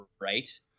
right